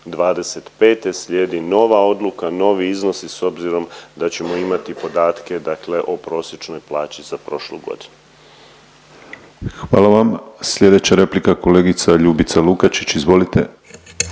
2025. slijedi nova odluka, novi iznosi s obzirom da ćemo imati podatke dakle o prosječnoj plaći za prošlu godinu. **Penava, Ivan (DP)** Hvala vam. Sljedeća replika, kolegica Ljubica Lukačić, izvolite.